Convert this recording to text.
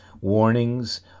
warnings